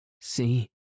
see